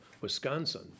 Wisconsin